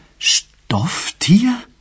Stofftier